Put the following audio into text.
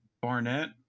Barnett